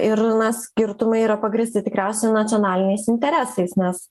ir na skirtumai yra pagrįsti tikriausiai nacionaliniais interesais nes